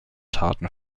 taten